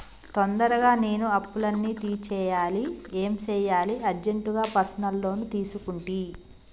తొందరగా నేను అప్పులన్నీ తీర్చేయాలి ఏం సెయ్యాలి అర్జెంటుగా పర్సనల్ లోన్ తీసుకుంటి